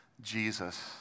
Jesus